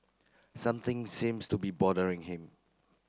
something seems to be bothering him